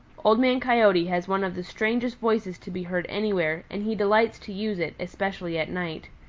old man coyote has one of the strangest voices to be heard anywhere, and he delights to use it, especially at night.